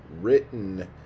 written